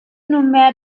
nunmehr